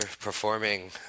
performing